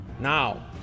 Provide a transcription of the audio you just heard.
Now